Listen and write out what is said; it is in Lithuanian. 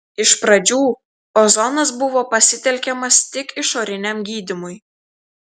iš pradžių ozonas buvo pasitelkiamas tik išoriniam gydymui